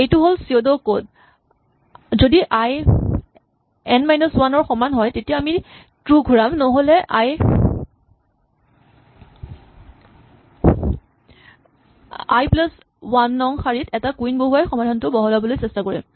এইটো হ'ল pseudo code যদি আই এন মাইনাচ ৱান ৰ সমান হয় তেতিয়া আমি ট্ৰো ঘূৰাম নহ'লে আই প্লাচ ৱান নং শাৰীত এটা কুইন বহুৱাই সমাধানটো বহলাবলৈ চেষ্টা কৰিম